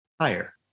higher